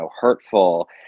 hurtful